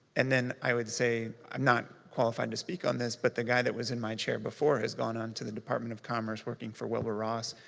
and then i would say, i'm not qualified to speak on this, but the guy that was in my chair before has gone onto the department of commerce working for wilbur ross,